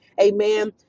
Amen